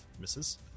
misses